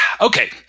okay